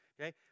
Okay